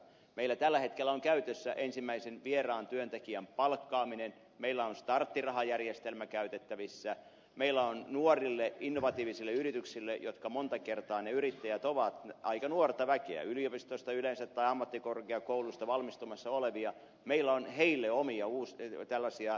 meillä tällä hetkellä on käytössä ensimmäisen vieraan työntekijän palkkaaminen meillä on starttirahajärjestelmä käytettävissä meillä on nuorille innovatiivisille yrityksille joissa monta kertaa ne yrittäjät ovat aika nuorta väkeä yliopistosta yleensä tai ammattikorkeakoulusta valmistumassa olevia tällaisia omia rahoitusinstrumentteja